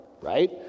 right